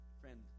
Friend